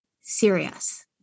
serious